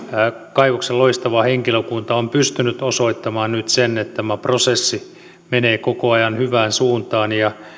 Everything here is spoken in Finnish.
kaivoksen loistava henkilökunta on pystynyt osoittamaan nyt sen että tämä prosessi menee koko ajan hyvään suuntaan